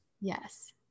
Yes